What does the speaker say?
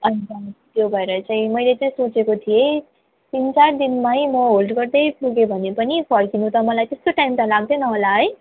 अन्त त्यो भएर चाहिँ मैले चाहिँ सोचेको थिएँ तिन चार दिनमा म होल्ड गर्दै पुग्यो भने पनि फर्किनु त मलाई त्यस्तो टाइम त लाग्दैन होला है